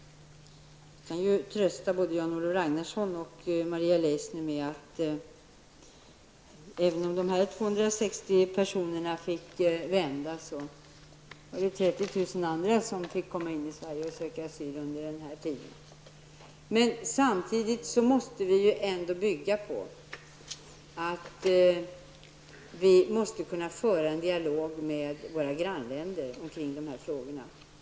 Jag kan trösta både Jan-Olof Ragnarsson och Maria Leissner med att även om 260 personer fick vända, så var det 30 000 andra som fick söka asyl i Sverige under den här tiden. Samtidigt måste det bygga på att vi kan föra en dialog med våra grannländer om dessa frågor.